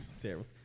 Terrible